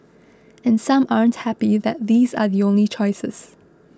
and some aren't happy that these are the only choices